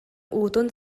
уутун